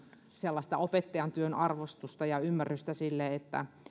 sellaista opettajan työn arvostusta ja ymmärrystä sille että